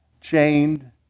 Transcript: chained